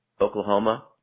Oklahoma